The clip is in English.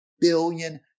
billion